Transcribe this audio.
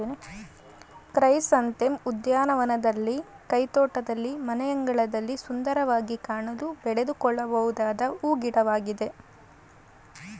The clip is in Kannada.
ಕ್ರೈಸಂಥೆಂ ಉದ್ಯಾನವನದಲ್ಲಿ, ಕೈತೋಟದಲ್ಲಿ, ಮನೆಯಂಗಳದಲ್ಲಿ ಸುಂದರವಾಗಿ ಕಾಣಲು ಬೆಳೆದುಕೊಳ್ಳಬೊದಾದ ಹೂ ಗಿಡವಾಗಿದೆ